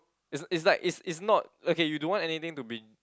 it's it's like it's it's not okay you don't want anything to be